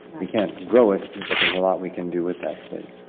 we can't grow it but there's a lot we can do with that space.